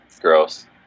gross